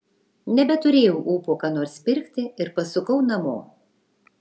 nebeturėjau ūpo ką nors pirkti ir pasukau namo